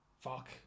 Fuck